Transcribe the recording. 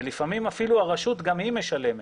ולפעמים אפילו הרשות גם היא משלמת.